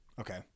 Okay